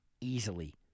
easily